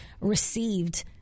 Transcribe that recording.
received